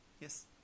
yes